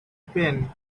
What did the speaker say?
pen